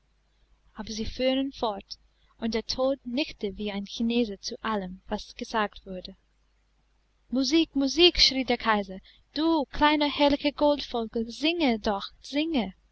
aber sie fuhren fort und der tod nickte wie ein chinese zu allem was gesagt wurde musik musik schrie der kaiser du kleiner herrlicher goldvogel singe doch singe